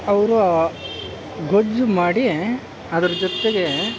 ಅವರು ಗೊಜ್ಜು ಮಾಡಿ ಅದ್ರ ಜೊತೆಗೆ